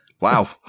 Wow